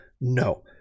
no